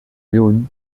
lluny